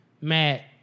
Matt